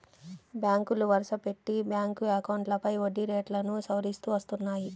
బ్యాంకులు వరుసపెట్టి బ్యాంక్ అకౌంట్లపై వడ్డీ రేట్లను సవరిస్తూ వస్తున్నాయి